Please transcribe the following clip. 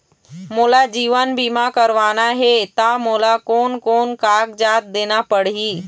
मोला जीवन बीमा करवाना हे ता मोला कोन कोन कागजात देना पड़ही?